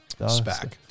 SPAC